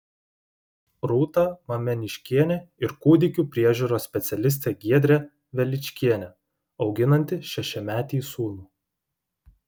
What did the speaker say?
rūta mameniškienė ir kūdikių priežiūros specialistė giedrė veličkienė auginanti šešiametį sūnų